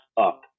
up